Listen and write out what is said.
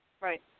Right